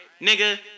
Nigga